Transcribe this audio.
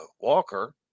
walker